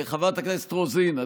חברת הכנסת רוזין,